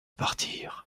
partir